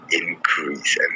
increase